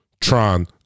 Tron